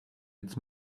its